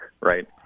right